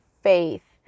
faith